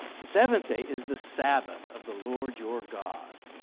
the seventh day is the sabbath of the lord your god.